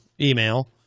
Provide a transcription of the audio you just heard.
email